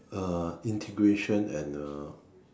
uh integration and uh